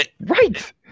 Right